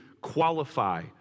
qualify